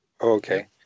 Okay